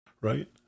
right